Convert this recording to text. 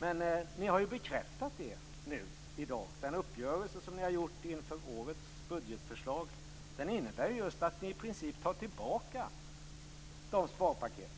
Men ni har ju bekräftat det här i dag. Den uppgörelse som ni har gjort inför årets budgetförslag innebär just att ni i princip tar tillbaka de sparpaket